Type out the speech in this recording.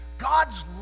God's